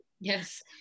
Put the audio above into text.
yes